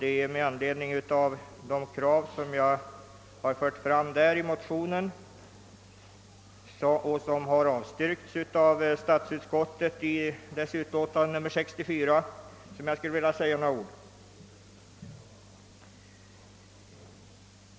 Det är med anledning av de krav, som jag fört fram i motionen och vilka har avstyrkts av statsutskottet i dess utlåtande nr 64, som jag skulle vilja säga några ord.